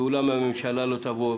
גאולה מהממשלה לא תבוא,